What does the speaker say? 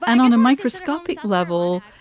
and on a microscopic level,